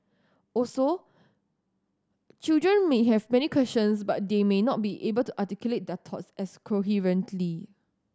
also children may have many questions but they may not be able to articulate their thoughts as coherently